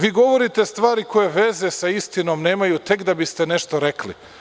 Vi govorite stvari koje veze sa istinom nemaju, tek da biste nešto rekli.